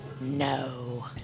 No